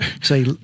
say